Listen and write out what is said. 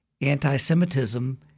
anti-Semitism